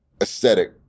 aesthetic